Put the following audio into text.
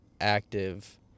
active